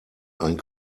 ein